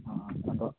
ᱦᱳᱭ ᱟᱫᱚ